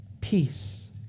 peace